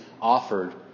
offered